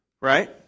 Right